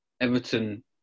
Everton